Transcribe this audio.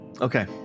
okay